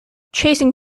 chasing